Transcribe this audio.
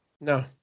No